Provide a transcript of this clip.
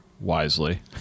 wisely